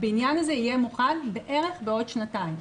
ה בניין הזה יהיה מוכן בערך בעוד שנתיים.